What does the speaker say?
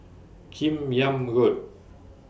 Kim Yam Road